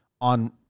on